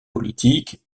politique